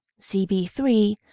CB3